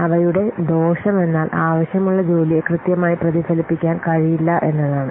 അവയുടെ ദോഷം എന്നാൽ ആവിശ്യമുള്ള ജോലിയെ കൃത്യമായി പ്രതിഫലിപ്പിക്കാൻ കഴിയില്ല എന്നതാണ്